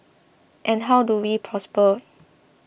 and how do we prosper